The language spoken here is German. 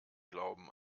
glauben